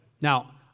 Now